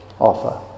offer